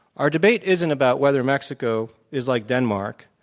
our debate isn't about whether mexico is like denmark,